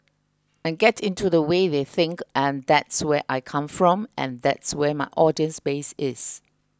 and get into the way they think and that's where I come from and that's where my audience base is